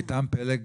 איתן פלג,